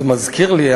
זה מזכיר לי,